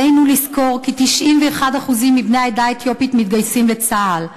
עלינו לזכור כי 91% מבני העדה האתיופית מתגייסים לצה"ל.